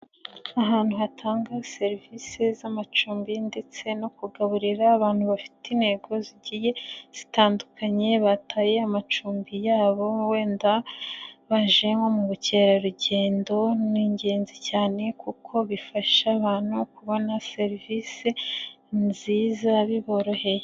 Ahantu hatanga serivisi z'amacumbi ndetse no kugaburira abantu bafite intego zigiye zitandukanye, bataye amacumbi yabo wenda baje nko mu bukerarugendo, ni ingenzi cyane kuko bifasha abantu kubona serivisi nziza biboroheye.